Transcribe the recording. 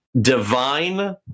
divine